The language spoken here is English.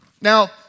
Now